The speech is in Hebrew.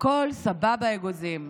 והכול סבבה אגוזים,